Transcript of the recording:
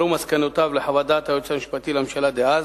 הועברו מסקנותיו לחוות דעת היועץ המשפטי לממשלה דאז.